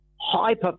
hyper